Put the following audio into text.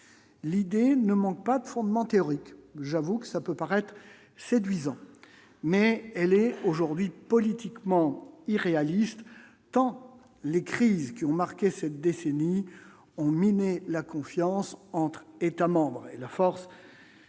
l'idée ne manque pas de fondements théoriques, j'avoue que ça peut paraître séduisant mais elle est aujourd'hui politiquement irréaliste tant les crises qui ont marqué cette décennie ont miné la confiance entre États membres et la force